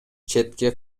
четке